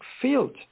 field